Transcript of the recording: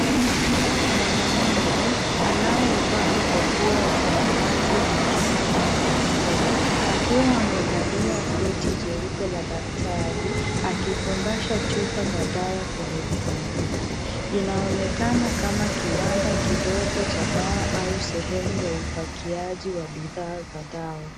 Mwanamume anayevaa kofia ya samawati ya matibabu na barakoa, akiwa amevalia koti jeupe la daktari, akifungasha chupa za dawa kwenye visanduku. Inaonekana kama kiwanda kidogo cha dawa au sehemu ya upakiaji wa bidhaa za dawa.